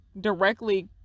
directly